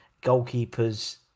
goalkeeper's